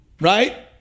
right